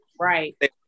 right